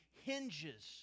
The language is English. hinges